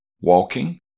walking